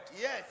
yes